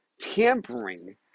tampering